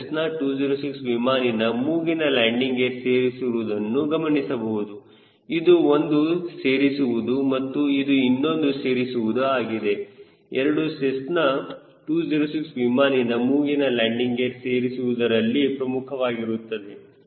ನೀವು ಸೆಸ್ನಾ 206 ವಿಮಾನಿನ ಮೂಗಿನ ಲ್ಯಾಂಡಿಂಗ್ ಗೇರ್ ಸೇರಿಸುವುದನ್ನು ಗಮನಿಸಬಹುದು ಇದು ಒಂದು ಸೇರಿಸುವುದು ಮತ್ತು ಇದು ಇನ್ನೊಂದು ಸೇರಿಸುವುದು ಆಗಿರುತ್ತದೆ ಎರಡು ಸೆಸ್ನಾ 206 ವಿಮಾನಿನ ಮೂಗಿನ ಲ್ಯಾಂಡಿಂಗ್ ಗೇರ್ ಸೇರಿಸುವುದರಲ್ಲಿ ಪ್ರಮುಖವಾಗಿರುತ್ತದೆ